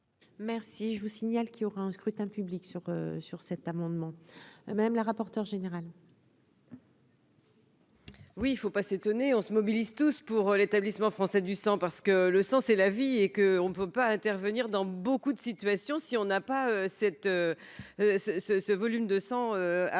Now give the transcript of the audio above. Merci, je vous signale qu'il aura un scrutin public sur sur cet amendement et même la rapporteure générale. Oui, il faut pas s'étonner, on se mobilise tous, pour l'établissement français du sang, parce que le sang c'est la vie et que on ne peut pas intervenir dans beaucoup de situations, si on n'a pas cette ce ce ce volume de sang à proximité